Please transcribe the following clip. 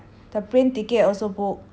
那个 plane ticket 我们几时 book 的 ah